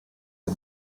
the